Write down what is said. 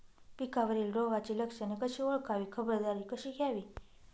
पिकावरील रोगाची लक्षणे कशी ओळखावी, खबरदारी कशी घ्यावी?